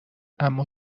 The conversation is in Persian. اما